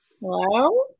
Hello